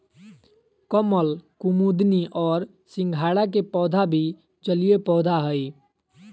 कमल, कुमुदिनी और सिंघाड़ा के पौधा भी जलीय पौधा हइ